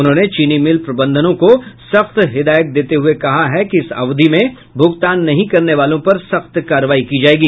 उन्होंने चीनी मिल प्रबंधनों को सख्त हिदायत देते हुये कहा कि इस अवधि में भूगतान नहीं करने वालों पर सख्त कार्रवाई की जायेगी